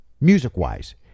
music-wise